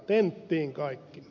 tenttiin kaikki